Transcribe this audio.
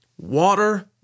water